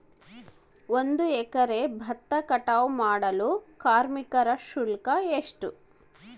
ಒಂದು ಎಕರೆ ಭತ್ತ ಕಟಾವ್ ಮಾಡಲು ಕಾರ್ಮಿಕ ಶುಲ್ಕ ಎಷ್ಟು?